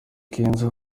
kenzo